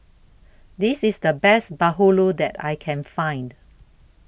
This IS The Best Bahulu that I Can Find